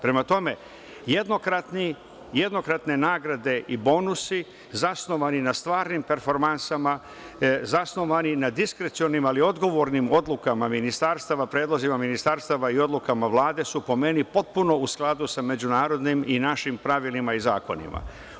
Prema tome, jednokratne nagrade i bonusi, zasnovani na stvarnim performansama, zasnovani na diskrecionim, ali odgovornim odlukama ministarstava, predlozima ministarstava i odlukama Vlade su, po meni, potpuno u skladu sa međunarodnim i našim pravilima i zakonima.